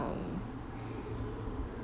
um